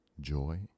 joy